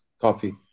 Coffee